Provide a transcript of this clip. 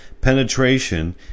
penetration